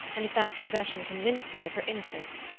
and if that confession convinced me of her innocence.